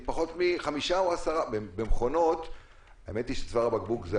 פחות מ-5% או 10%. האמת היא שצוואר הבקבוק זה